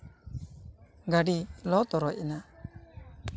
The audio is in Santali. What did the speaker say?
ᱜᱟᱹᱰᱤ ᱞᱚ ᱛᱚᱨᱚᱡ ᱮᱱᱟ